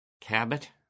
Cabot